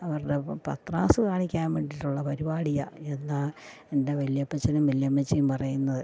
അവരുടെ പത്രാസ് കാണിക്കാൻ വേണ്ടിയിട്ടുള്ള പരിപാടിയാ എന്നാ എൻ്റെ വല്യപ്പച്ചനും വല്യമ്മച്ചിയും പറയുന്നത്